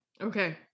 okay